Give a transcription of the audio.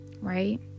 Right